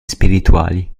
spirituali